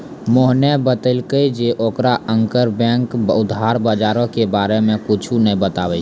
मोहने बतैलकै जे ओकरा अंतरबैंक उधार बजारो के बारे मे कुछु नै पता छै